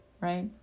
right